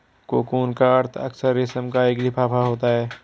cocoon का अर्थ अक्सर रेशम का एक लिफाफा होता है